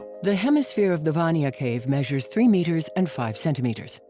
the hemisphere of the vania cave measures three meters and five centimeters.